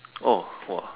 oh !wah!